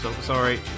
sorry